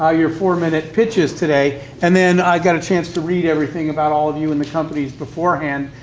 ah your four minute pitches today, and then, i got a chance to read everything about all of you and the companies beforehand.